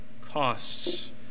costs